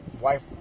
wife